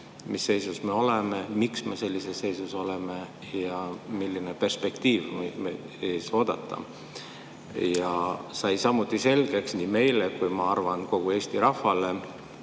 mis seisus me oleme, miks me sellises seisus oleme ja milline perspektiiv võib meid ees oodata. Sai samuti selgeks meile, ja ma arvan, et kogu Eesti rahvale,